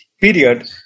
period